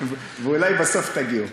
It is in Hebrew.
ואולי בסוף תגיעו.